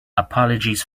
apologies